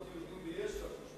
אם